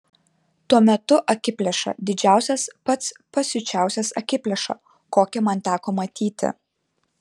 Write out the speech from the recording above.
tuomet tu akiplėša didžiausias pats pasiučiausias akiplėša kokį man teko matyti